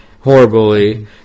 horribly